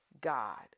God